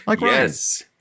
Yes